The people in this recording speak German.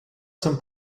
zum